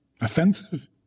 Offensive